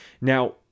Now